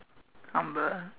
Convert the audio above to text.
humble